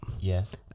Yes